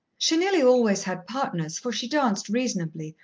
she nearly always had partners, for she danced reasonably,